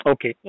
Okay